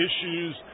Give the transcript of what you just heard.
issues